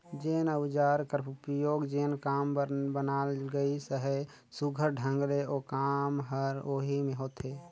जेन अउजार कर उपियोग जेन काम बर बनाल गइस अहे, सुग्घर ढंग ले ओ काम हर ओही मे होथे